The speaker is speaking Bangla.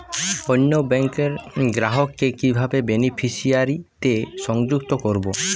অন্য ব্যাংক র গ্রাহক কে কিভাবে বেনিফিসিয়ারি তে সংযুক্ত করবো?